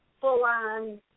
full-on